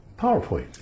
PowerPoint